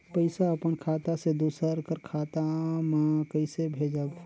पइसा अपन खाता से दूसर कर खाता म कइसे भेजब?